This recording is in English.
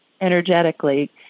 energetically